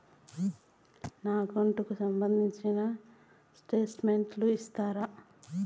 నా అకౌంట్ కు సంబంధించిన స్టేట్మెంట్స్ ఇస్తారా